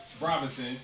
Robinson